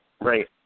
Right